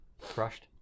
crushed